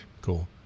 Cool